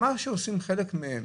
מה שעושות חלק מהן,